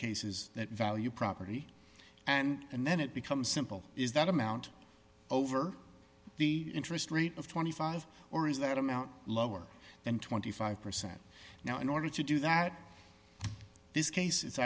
cases that value property and then it becomes simple is that amount over the interest rate of twenty five dollars or is that amount lower than twenty five percent now in order to do that this case i